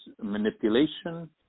manipulation